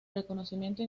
reconocimiento